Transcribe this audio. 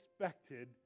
expected